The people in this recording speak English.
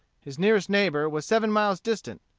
his nearest neighbor was seven miles distant,